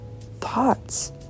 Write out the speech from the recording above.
thoughts